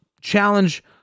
challenge